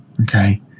Okay